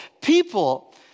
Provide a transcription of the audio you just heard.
people